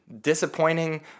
disappointing